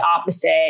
opposite